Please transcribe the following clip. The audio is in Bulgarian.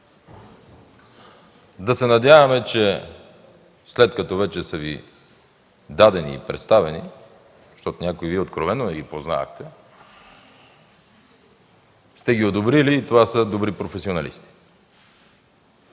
Да се надяваме, че след като вече са Ви дадени и представени, защото някои Вие откровено не ги познавахте, сте ги одобрили и това са добри професионалисти.